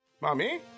mommy